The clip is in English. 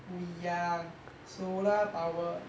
不一样 solar power